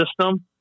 system